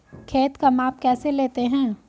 खेत का माप कैसे लेते हैं?